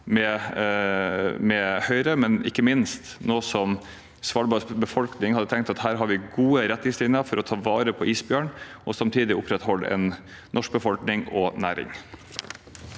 med Høyre og ikke minst noe som Svalbards befolkning hadde tenkt var gode retningslinjer for å ta vare på isbjørnen og samtidig opprettholde en norsk befolkning og næring.